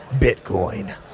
Bitcoin